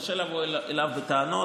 קשה לבוא אליו בטענות,